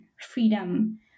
freedom